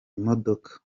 imodoka